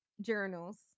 Journals